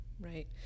right